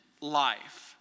life